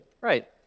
Right